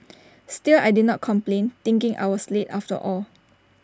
still I did not complain thinking I was late after all